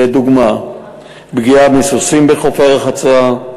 לדוגמה פגיעה מסוסים בחופי רחצה,